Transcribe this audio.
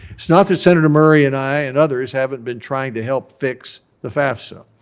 it's not that senator murray and i and others haven't been trying to help fix the fafsa.